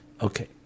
Okay